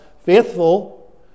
faithful